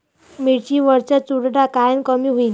मिरची वरचा चुरडा कायनं कमी होईन?